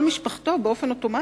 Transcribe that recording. כל משפחתו באופן אוטומטי,